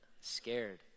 scared